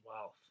wealth